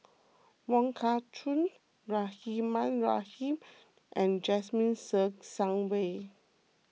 Wong Kah Chun Rahimah Rahim and Jasmine Ser Xiang Wei